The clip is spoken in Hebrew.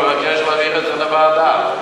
אני מבקש להעביר את זה לוועדה.